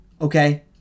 okay